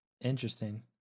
Interesting